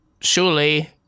surely